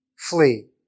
Flee